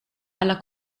alla